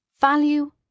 value